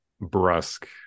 brusque